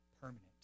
permanent